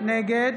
נגד